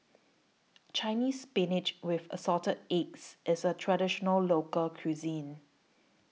Chinese Spinach with Assorted Eggs IS A Traditional Local Cuisine